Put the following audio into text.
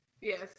Yes